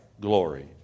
glory